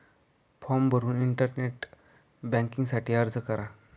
form भरून internet banking साठी अर्ज करा